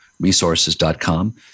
resources.com